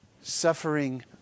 suffering